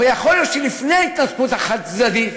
אבל יכול להיות שלפני ההתנתקות החד-צדדית,